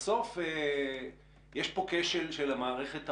שיש פה כשל של המערכת הפוליטית,